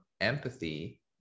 empathy